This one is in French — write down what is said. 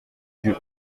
dieu